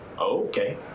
okay